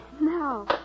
No